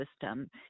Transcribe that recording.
system